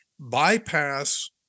bypass